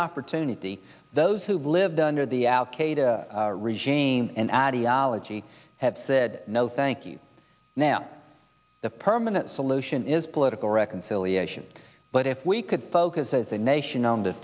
opportunity those who lived under the al qaeda regime and ideology have said no thank you now the permanent solution is political reconciliation but if we could focus as a nation on the